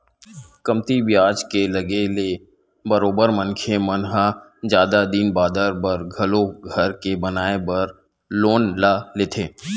कमती बियाज के लगे ले बरोबर मनखे मन ह जादा दिन बादर बर घलो घर के बनाए बर लोन ल लेथे